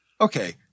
okay